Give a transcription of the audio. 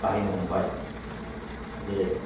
बाहायनो हमबाय जे